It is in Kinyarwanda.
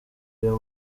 uyu